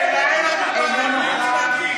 אינו נוכח.